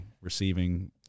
Receiving